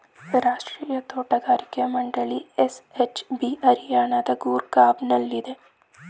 ರಾಷ್ಟ್ರೀಯ ತೋಟಗಾರಿಕಾ ಮಂಡಳಿ ಎನ್.ಎಚ್.ಬಿ ಹರಿಯಾಣ ರಾಜ್ಯದ ಗೂರ್ಗಾವ್ನಲ್ಲಿದೆ